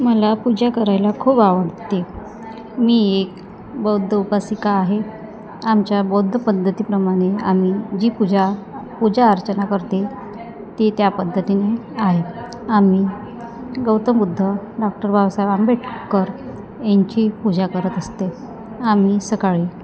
मला पूजा करायला खूप आवडते मी एक बौद्ध उपासिका आहे आमच्या बौद्ध पद्धतीप्रमाणे आम्ही जी पूजा पूजा अर्चना करते ती त्या पद्धतीने आहे आम्ही गौतम बुद्ध डॉक्टर बाबासाहेब आंबेडकर यांची पूजा करत असते आम्ही सकाळी